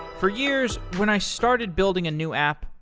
for years, when i started building a new app,